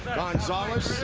gonzalez,